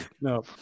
No